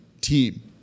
team